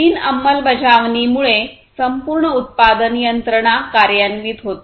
लीन अंमलबजावणीमुळे संपूर्ण उत्पादन यंत्रणा कार्यान्वित होते